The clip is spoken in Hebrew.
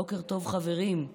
בוקר טוב, חברים.